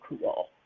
cool